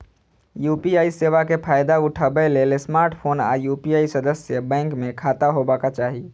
UPI सेवा के फायदा उठबै लेल स्मार्टफोन आ यू.पी.आई सदस्य बैंक मे खाता होबाक चाही